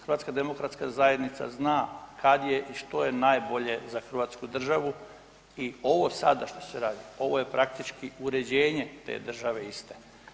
HDZ zna kad je i što je najbolje za Hrvatsku državu i ovo sada što se radi ovo je praktički uređenje te države iste.